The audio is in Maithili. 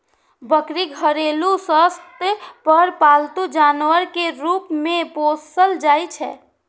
बकरी घरेलू स्तर पर पालतू जानवर के रूप मे पोसल जाइ छै